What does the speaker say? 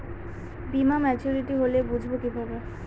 বীমা মাচুরিটি হলে বুঝবো কিভাবে?